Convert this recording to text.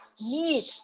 need